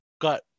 got